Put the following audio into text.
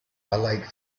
like